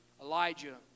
Elijah